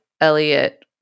Elliot